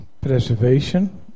Preservation